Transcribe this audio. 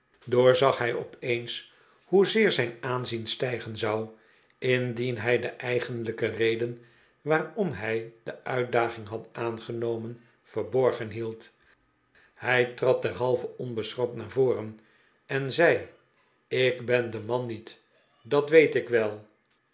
doorzag hij opeens hoezeer zijn aanzien stijgen zou indien hij de eigenlijke reden waarom hij de uitdaging had aangenomen verborgen hield hij trad derhalve onbeschroomd naar voren en zei ik ben de man niet dat weet ik wel